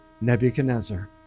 Nebuchadnezzar